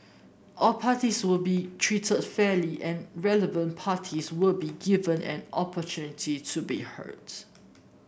all parties will be treated fairly and relevant parties will be given an opportunity to be